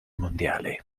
mondiale